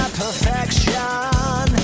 perfection